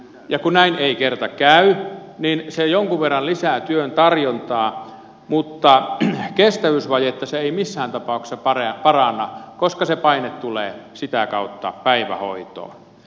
ja kun näin ei kerta käy niin se jonkun verran lisää työn tarjontaa mutta kestävyysvajetta se ei missään tapauksessa paranna koska se paine tulee sitä kautta päivähoitoon